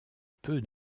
peu